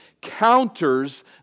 counters